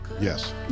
Yes